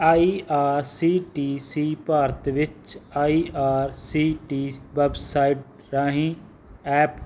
ਆਈ R C T C Bharat ਵਿੱਚ I R C T website ਰਾਹੀਂ app